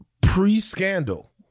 Pre-scandal